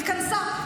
התכנסה.